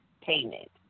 payment